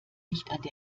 nicht